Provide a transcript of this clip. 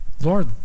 Lord